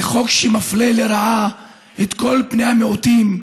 זה חוק שמפלה לרעה את כל בני המיעוטים,